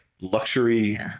luxury